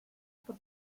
por